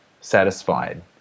satisfied